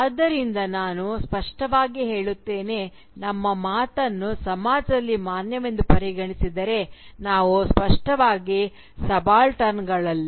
ಆದ್ದರಿಂದ ನಾನು ಸ್ಪಷ್ಟವಾಗಿ ಹೇಳುತ್ತೇನೆ ನಮ್ಮ ಮಾತನ್ನು ಸಮಾಜದಲ್ಲಿ ಮಾನ್ಯವೆಂದು ಪರಿಗಣಿಸಿದರೆ ನಾವು ಸ್ಪಷ್ಟವಾಗಿ ಸಬಾಲ್ಟರ್ನ್ಗಳಲ್ಲ